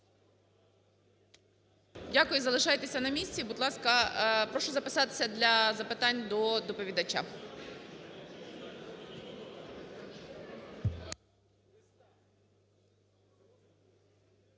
Дякую. Залишайтеся на місці. Будь ласка, прошу записатися для запитань до доповідача.